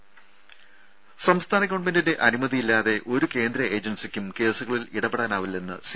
രുര സംസ്ഥാന ഗവൺമെന്റിന്റെ അനുമതിയില്ലാതെ ഒരു കേന്ദ്ര ഏജൻസിക്കും കേസുകളിൽ ഇടപെടാനാവില്ലെന്ന് സി